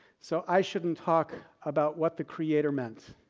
so i shouldn't talk about what the creator meant,